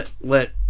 let